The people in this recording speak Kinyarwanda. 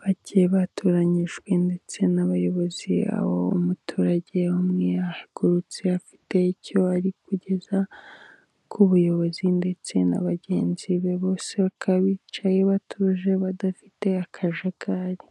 bagiye batoranyijwe ndetse n'abayobozi aho umuturage umwe ahagurutse afite icyo ari kugeza ku buyobozi ndetse na bagenzi be bose bakaba bicaye batuje badafite akajagari.